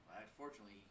Unfortunately